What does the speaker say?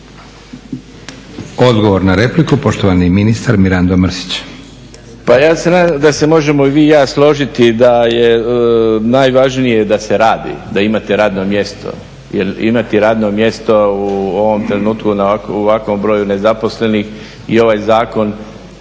Odgovor na repliku poštovan ministar Mirando Mrsić. **Mrsić, Mirando (SDP)** Pa ja se nadam da se možemo i vi i ja složiti da je najvažnije da se radi, da imate radno mjesto. Jer imati radno mjesto u ovom trenutku, u ovakvom broju nezaposlenih i ovaj zakon